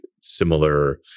similar